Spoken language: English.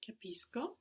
Capisco